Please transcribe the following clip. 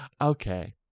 Okay